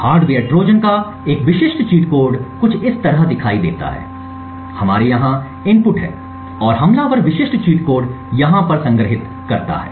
hardware trojan का एक विशिष्ट चीट कोड कुछ इस तरह दिखाई देता है हमारे यहाँ इनपुट है और हमलावर विशिष्ट चीट कोड यहाँ पर संग्रहीत हैं